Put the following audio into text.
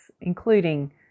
including